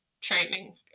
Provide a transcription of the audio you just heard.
training